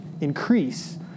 increase